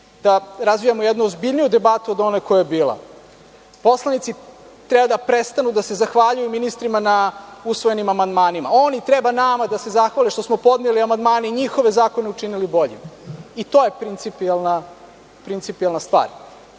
da razvijamo jednu ozbiljniju debatu od one koja je bila. Poslanici treba da treba da se zahvaljuju ministrima na usvojenim amandmanima, oni treba nama da se zahvale što smo podneli amandmane i njihovi zakone učinili boljim, to je principijelna stvar. Ono